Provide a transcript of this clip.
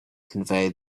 conveyed